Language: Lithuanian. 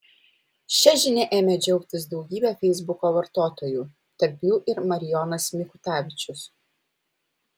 šia žinia ėmė džiaugtis daugybė feisbuko vartotojų tarp jų ir marijonas mikutavičius